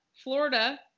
Florida